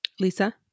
Lisa